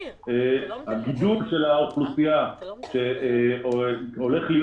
הגידול של האוכלוסייה שהולך להיות